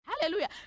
Hallelujah